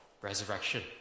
resurrection